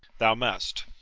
thou must.